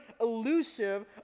elusive